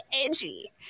edgy